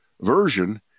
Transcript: version